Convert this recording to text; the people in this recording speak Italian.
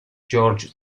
george